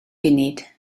funud